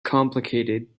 complicated